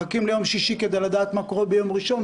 מחכים ליום שישי כדי לדעת מה קורה ביום ראשון,